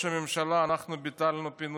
אנחנו ביטלנו את פינוי ח'אן אל-אחמר.